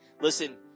Listen